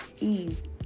ease